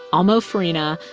elmo farina,